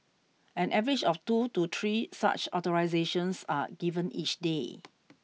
an average of two to three such authorisations are given each day